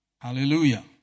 Hallelujah